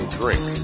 drink